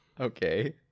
Okay